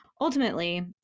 Ultimately